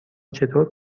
چطور